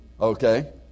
Okay